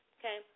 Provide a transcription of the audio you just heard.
okay